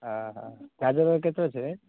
ଓହୋ ଗାଜର କେତେ ଅଛି ରେଟ୍